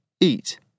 eat